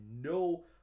no